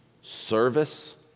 service